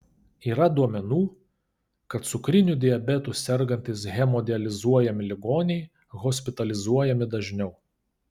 yra duomenų kad cukriniu diabetu sergantys hemodializuojami ligoniai hospitalizuojami dažniau